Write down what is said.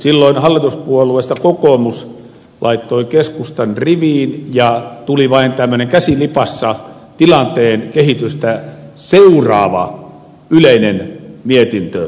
silloin hallituspuolueista kokoomus laittoi keskustan riviin ja tuli vain tällainen käsi lipassa tilanteen kehitystä seuraava yleinen mietintölause